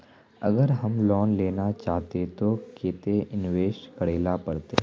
अगर हम लोन लेना चाहते तो केते इंवेस्ट करेला पड़ते?